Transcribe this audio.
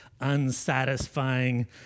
unsatisfying